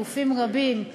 גופים רבים,